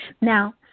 Now